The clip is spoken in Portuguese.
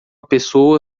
pessoa